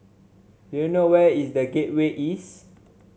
do you know where is The Gateway East